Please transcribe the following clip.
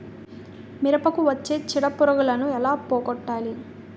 మిరపకు వచ్చే చిడపురుగును ఏల పోగొట్టాలి?